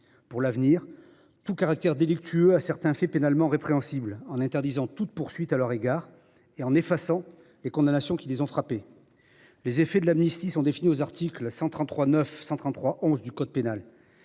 pour l’avenir tout caractère délictueux à certains faits pénalement répréhensibles, en interdisant toute poursuite à leur égard ou en effaçant les condamnations qui les ont frappés ». Les effets de l’amnistie sont définis aux articles 133 9 à 133 11 du code pénal.